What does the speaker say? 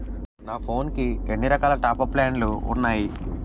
నా ఫోన్ కి ఎన్ని రకాల టాప్ అప్ ప్లాన్లు ఉన్నాయి?